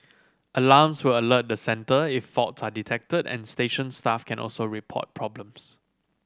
alarms will alert the centre if fault are detected and station staff can also report problems